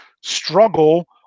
struggle